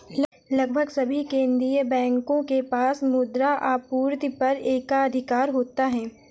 लगभग सभी केंदीय बैंकों के पास मुद्रा आपूर्ति पर एकाधिकार होता है